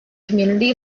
community